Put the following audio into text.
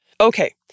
Okay